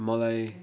मलाई